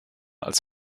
als